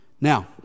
Now